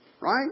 right